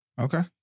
Okay